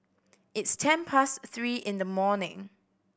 its ten past three in the morning